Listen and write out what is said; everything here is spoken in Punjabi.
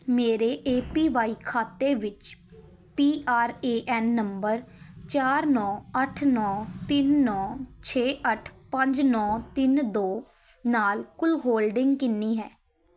ਮੇਰੇ ਏ ਪੀ ਵਾਈ ਖਾਤੇ ਵਿੱਚ P R A N number ਚਾਰ ਨੌ ਅੱਠ ਨੌ ਤਿੰਨ ਨੌ ਛੇ ਅੱਠ ਪੰਜ ਨੌ ਤਿੰਨ ਦੋ ਨਾਲ ਕੁੱਲ ਹੋਲਡਿੰਗ ਕਿੰਨੀ ਹੈ